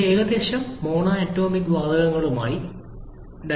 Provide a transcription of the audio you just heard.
ഇത് ഏകദേശം മോണറ്റോമിക് വാതകങ്ങളുമായി യോജിക്കുന്നു